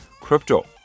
crypto